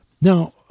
Now